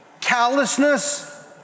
callousness